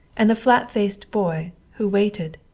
and the flat-faced boy, who waited,